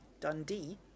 Dundee